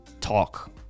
talk